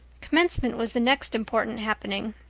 commencement was the next important happening.